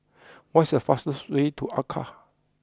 what is the fastest way to Accra